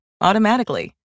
automatically